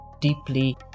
Deeply